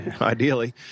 ideally